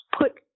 put